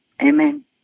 Amen